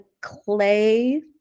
clay